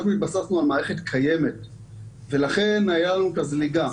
אנחנו התבססנו על מערכת קיימת ולכן היה לנו את הזליגה.